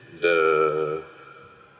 the